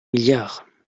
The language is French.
milliards